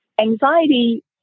anxiety